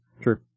True